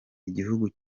igihugu